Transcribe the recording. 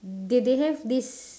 they they have this